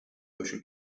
motion